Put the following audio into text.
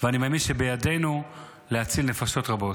ואני מאמין שבידינו להציל נפשות רבות.